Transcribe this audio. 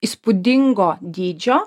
įspūdingo dydžio